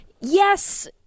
yes